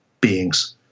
beings